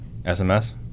SMS